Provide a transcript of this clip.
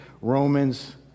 Romans